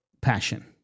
passion